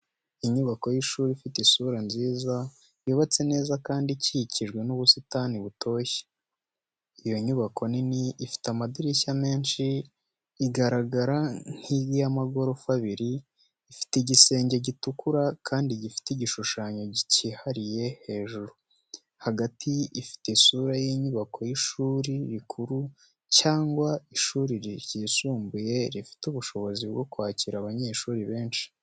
Inyubako y’ishuri ifite isura nziza, yubatse neza kandi ikikijwe n’ubusitani butoshye. Iyo nyubako ni nini ifite amadirishya menshi igaragara nk’iy’amagorofa abiri, ifite igisenge gitukura kandi gifite igishushanyo kihariye hejuru, hagati ifite isura y’inyubako y’ishuri rikuru cyangwa ishuri ryisumbuye rifite ubushobozi bwo kwakira abanyeshuri benshi.